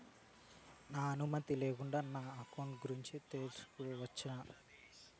నా అనుమతి లేకుండా నా అకౌంట్ గురించి తెలుసుకొనొచ్చా?